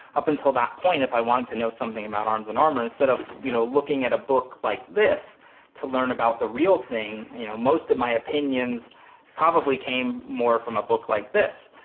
up until that point if i wanted to know something about arms and armor instead of you know looking at a book like this to learn about the real thing you know most of my opinions probably came more from a book like this.